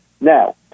Now